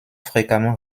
fréquemment